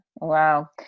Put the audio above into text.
wow